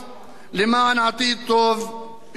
למען עתיד טוב יותר.